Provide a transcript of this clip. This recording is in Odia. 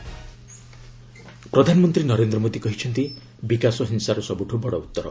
ପିଏମ ଛତିଶଗଡ ପ୍ରଧାନମନ୍ତ୍ରୀ ନରେନ୍ଦ୍ର ମୋଦି କହିଛନ୍ତି ବିକାଶ ହିଂସାର ସବୁଠୁ ବଡ ଉତ୍ତର